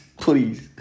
please